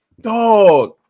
Dog